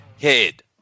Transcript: head